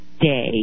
day